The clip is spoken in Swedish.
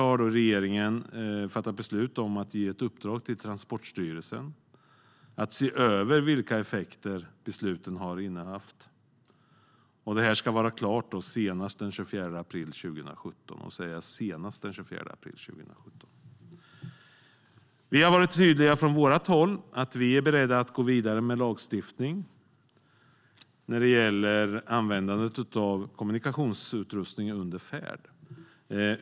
Därför har regeringen fattat beslut om att ge ett uppdrag till Transportstyrelsen att se över vilka effekter besluten har haft. Det ska vara klart senast den 24 april 2017.Vi har från vårt håll varit tydliga med att vi är beredda att gå vidare med lagstiftning när det gäller användande av kommunikationsutrustning under färd.